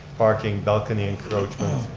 parking, balcony, encroachments,